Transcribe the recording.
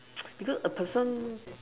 because a person